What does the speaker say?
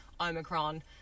Omicron